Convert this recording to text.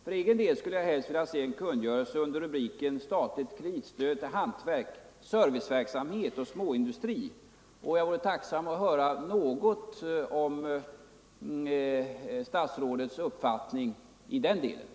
För egen del skulle jag helst vilja se kungörelsen under rubriken: Statligt kreditstöd till hantverk, serviceverksamhet och småindustrin. Jag vore tacksam att få höra något om statsrådets uppfattning i den delen.